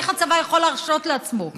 איך הצבא יכול להרשות לעצמו,